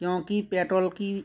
क्योंकि पेट्रोल की